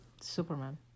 Superman